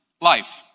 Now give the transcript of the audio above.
life